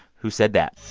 who said that?